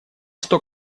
что